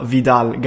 Vidal